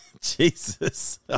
Jesus